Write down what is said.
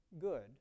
good